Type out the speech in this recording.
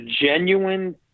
genuine